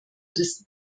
des